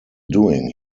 doing